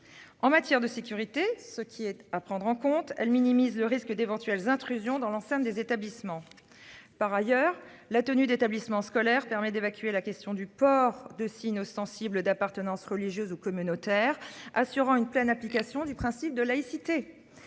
En matière de sécurité, ce qui est à prendre en compte elle minimise le risque d'éventuelle intrusion dans l'enceinte des établissements. Par ailleurs, la tenue d'établissement scolaire permet d'évacuer la question du port de signes ostensibles d'appartenance religieuse ou communautaire assurant une pleine application du principe de laïcité.